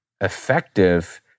effective